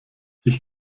ich